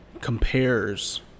compares